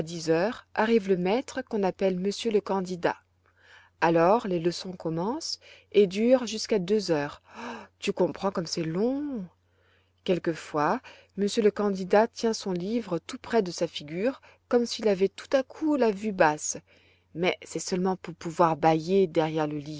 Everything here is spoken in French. arrive le maître qu'on appelle monsieur le candidat alors les leçons commencent et durent jusqu'à deux heures tu comprends comme c'est long quelquefois monsieur le candidat tient son livre tout près de sa figure comme s'il avait tout à coup la vue basse mais c'est seulement pour pouvoir bailler derrière le livre